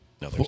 no